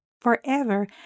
forever